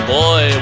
boy